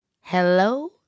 Hello